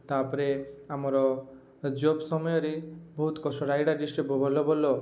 ତା'ପରେ ଆମର ଜବ୍ ସମୟରେ ବହୁତ କଷ୍ଟ ରାୟଗଡ଼ା ଡିଷ୍ଟ୍ରିକ୍ଟରେ ଭଲ ଭଲ